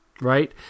right